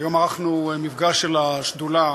היום ערכנו מפגש של השדולה,